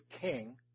King